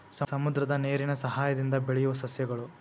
ಸಮುದ್ರದ ನೇರಿನ ಸಯಹಾಯದಿಂದ ಬೆಳಿಯುವ ಸಸ್ಯಗಳು